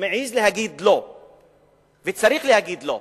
מעז להגיד לא וצריך להגיד לא.